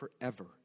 forever